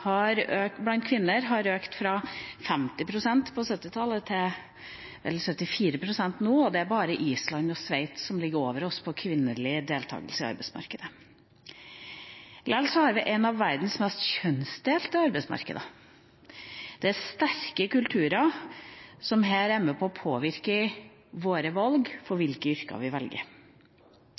blant kvinner har økt fra 50 pst. på 1970-tallet til 74 pst. nå. Det er bare Island og Sveits som ligger over oss når det gjelder kvinnelig deltakelse på arbeidsmarkedet. Likevel har vi et av verdens mest kjønnsdelte arbeidsmarked. Det er sterke kulturer som er med på å påvirke våre valg og hvilke yrker vi velger.